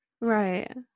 Right